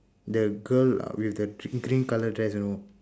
the girl uh with the green green colour dress you know